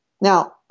Now